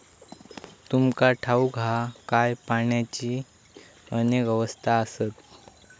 तुमका ठाऊक हा काय, पाण्याची अनेक अवस्था आसत?